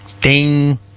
ding